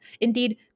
indeed